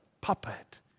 puppet